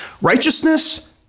Righteousness